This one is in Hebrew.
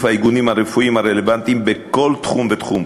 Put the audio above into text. האיגודים הרפואיים הרלוונטיים בכל תחום ותחום,